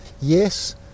yes